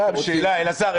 סתם שאלה, אלעזר.